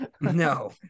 No